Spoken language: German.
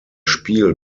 spiel